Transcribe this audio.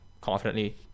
confidently